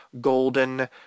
golden